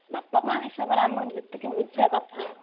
ବାପା ମାଆ ହିସାବରେ ଆମେ ଯେତିକି ବୁଝିବା କଥା